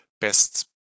best